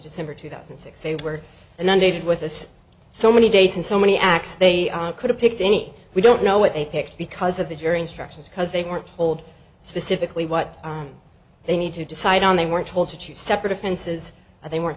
december two thousand and six they were inundated with this so many dates and so many acts they could have picked any we don't know what they picked because of the jury instructions because they weren't told specifically what they need to decide on they were told to two separate offenses and they were